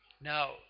Now